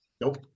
Nope